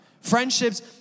Friendships